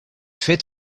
fet